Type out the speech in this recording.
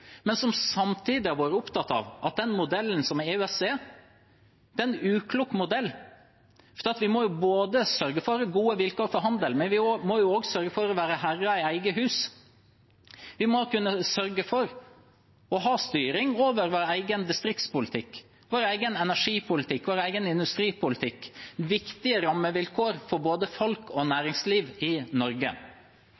men som samtidig har vært opptatt av at den modellen som EØS er, er en uklok modell. Vi må både sørge for gode vilkår for handel og sørge for å være herre i eget hus. Vi må kunne sørge for å ha styring over vår egen distriktspolitikk, vår egen energipolitikk og vår egen industripolitikk – viktige rammevilkår for både folk og